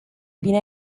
bine